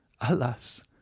Alas